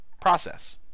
process